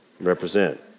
Represent